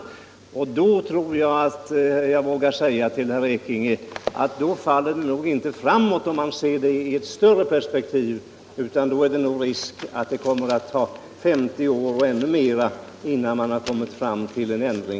Jag vågar säga tHl herr Ekinge att ett bifall till reservationen inte skulle innebära att frågan — om man ser det hela i ett större perspektiv — faller framåt. Det är nog risk att det skulle ta 50 år eller ännu mer innan man: kommit fram till en ändring.